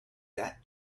that